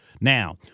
Now